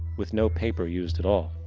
with no paper used at all.